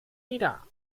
wieder